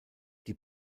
die